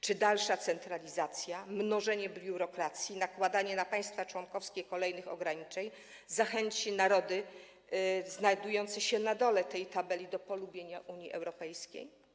Czy dalsza centralizacja, mnożenie biurokracji, nakładanie na państwa członkowskie kolejnych ograniczeń zachęci narody znajdujące się na dole tej tabeli do polubienia Unii Europejskiej?